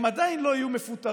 הם עדיין לא יהיו מפוטרים,